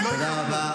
כבוד.